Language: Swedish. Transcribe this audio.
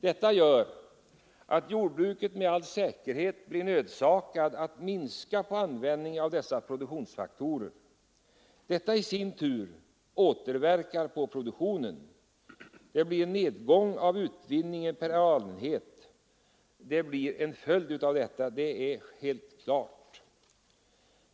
Detta gör att jordbruket med all säkerhet blir nödsakat att minska användningen av dessa produktionsfaktorer. Det i sin tur återverkar på produktionen. En nedgång av utvinningen per arealenhet blir en följd av detta — det är helt klart.